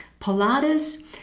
Pilates